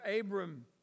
Abram